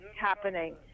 happening